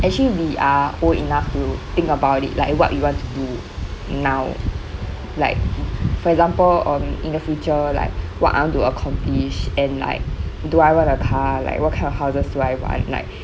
actually we are old enough to think about it like what we want to do now like for example um in the future like what I want to accomplish and like do I want a car like what kind of houses do I want like